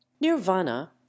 nirvana